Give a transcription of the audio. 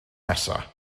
nesaf